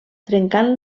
trencant